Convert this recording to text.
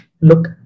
look